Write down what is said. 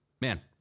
man